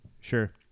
Sure